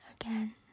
again